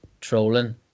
trolling